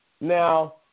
Now